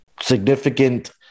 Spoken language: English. significant